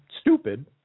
stupid